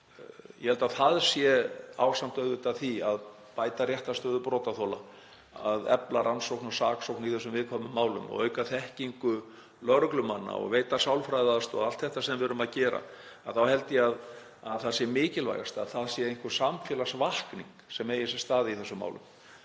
Ég held að það sé, ásamt auðvitað því að bæta réttarstöðu brotaþola, að efla rannsókn og saksókn í þessum viðkvæmu málum, auka þekkingu lögreglumanna og veita sálfræðiaðstoð og allt þetta sem við erum að gera, þá held ég að það sé mikilvægast að það sé einhver samfélagsvakning sem eigi sér stað í þessum málum.